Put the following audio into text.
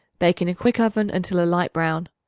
bake in a quick oven until a light brown.